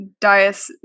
Dias